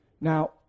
Now